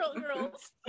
girls